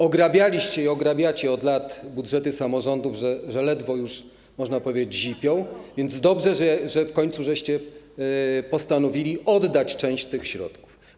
Ograbialiście i ograbiacie od lat budżety samorządów, że ledwo już, można powiedzieć, zipią, więc dobrze, że w końcu postanowiliście oddać część tych środków.